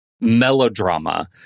melodrama